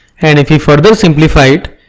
and if we further simplify it,